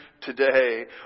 today